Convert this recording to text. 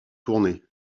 tournées